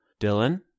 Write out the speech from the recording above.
Dylan